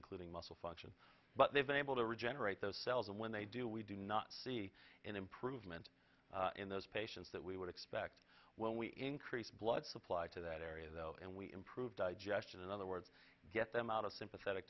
including muscle function but they've been able to regenerate those cells and when they do we do not see an improvement in those patients that we would expect when we increase blood supply to that area though and we improve digestion in other words get them out of sympathetic